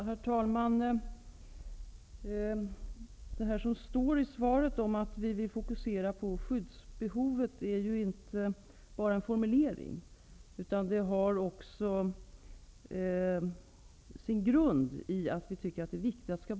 Herr talman! Jag sade i svaret att vi vill fokusera skyddsbehovet. Det är inte bara en formulering. Vi tycker förstås också att det är viktigt.